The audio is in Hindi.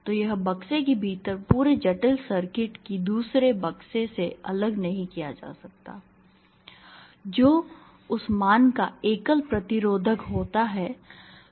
तो यह बक्से के भीतर पूरे जटिल सर्किट को दूसरे बक्से से अलग नहीं किया जा सकता है जो उस मान का एकल प्रतिरोधक होता है